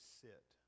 sit